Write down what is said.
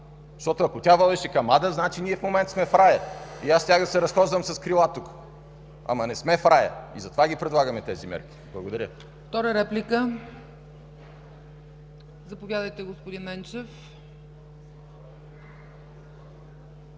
защото ако тя водеше към Ада, значи ние в момента сме в Рая и аз щях да се разхождам с крила тук! Ама не сме в Рая и затова предлагаме тези мерки. Благодаря.